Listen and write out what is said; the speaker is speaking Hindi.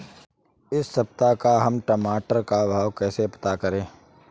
इस सप्ताह का हम टमाटर का भाव कैसे पता करें?